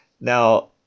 Now